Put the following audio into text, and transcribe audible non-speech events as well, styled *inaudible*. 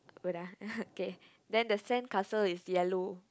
wait ah *laughs* K then the sandcastle is yellow